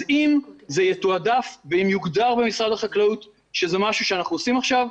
אז אם זה יתועדף ואם יוגדר במשרד החקלאות שזה משהו שאנחנו עושים עכשיו,